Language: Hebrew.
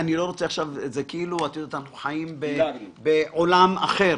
זה כאילו אנחנו חיים בעולם אחר.